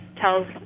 tells